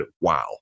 wow